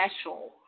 special